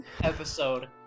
episode